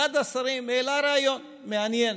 אחד השרים העלה רעיון מעניין: